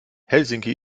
helsinki